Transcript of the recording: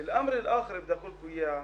אי אפשר להאשים את העובדים הסוציאליים